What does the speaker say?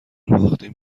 باختیم